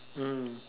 mm